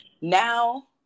Now